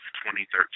2013